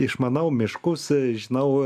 išmanau miškus žinau